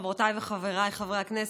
חברותיי וחבריי חברי הכנסת,